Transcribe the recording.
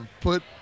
put